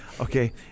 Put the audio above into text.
okay